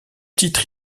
titre